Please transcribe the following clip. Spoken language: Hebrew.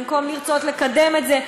במקום לרצות לקדם את זה,